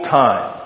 time